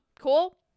cool